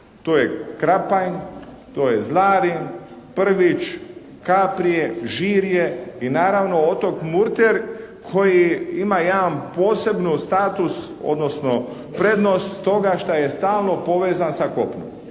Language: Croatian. To je Krapanj, to je Zlarin, Prvić, Kaprije, Žirje i naravno otok Murter koji ima jedan posebno status, odnosno prednost toga šta je stalno povezan sa kopnom.